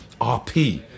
RP